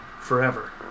forever